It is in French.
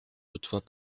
toutefois